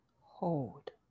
hold